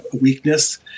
weakness